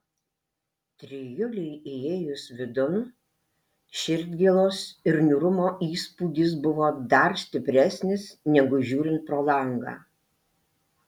trijulei įėjus vidun širdgėlos ir niūrumo įspūdis buvo dar stipresnis negu žiūrint pro langą